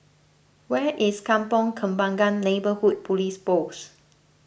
where is Kampong Kembangan Neighbourhood Police Post